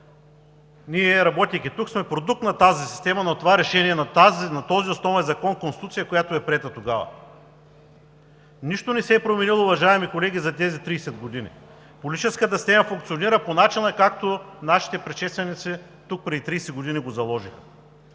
ние, работейки тук, сме продукт на тази система, на това решение, на този основен закон – Конституцията, която е приета тогава. Нищо не се е променило, уважаеми колеги, за тези 30 години! Политическата система функционира по начина, както нашите предшественици тук, преди 30 години, са го заложили.